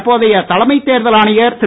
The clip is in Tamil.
தற்போதய தலைமைத் தேர்தல் ஆணையர் திரு